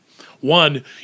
One